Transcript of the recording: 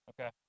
Okay